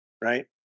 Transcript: right